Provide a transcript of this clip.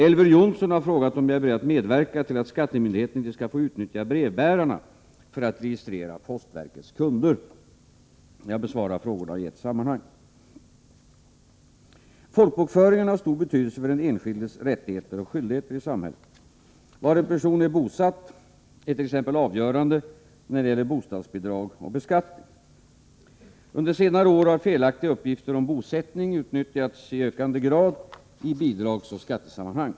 Elver Jonsson har frågat om jag är beredd att medverka till att skattemyndigheterna inte skall få utnyttja brevbärarna för att registrera postverkets kunder. Jag besvarar frågorna i ett sammanhang. Folkbokföringen har stor betydelse för den enskildes rättigheter och skyldigheter i samhället. Var en person är bosatt är t.ex. avgörande när det gäller bostadsbidrag och beskattning. Under senare år har felaktiga uppgifter om bosättning utnyttjats i ökande grad i bidragsoch skattesammanhang.